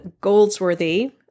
Goldsworthy